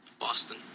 Boston